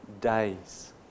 days